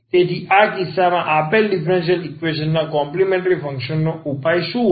તેથી આ કિસ્સામાં આપેલ ડીફરન્સીયલ ઈક્વેશન ના કોમ્પલિમેન્ટ્રી ફંક્શન નો ઉપાય શું હશે